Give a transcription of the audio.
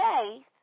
faith